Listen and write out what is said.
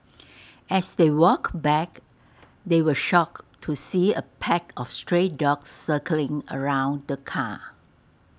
as they walked back they were shocked to see A pack of stray dogs circling around the car